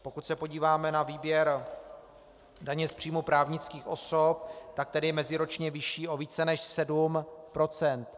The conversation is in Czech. Pokud se podíváme na výběr daně z příjmu právnických osob, tak ten je meziročně vyšší o více než sedm procent.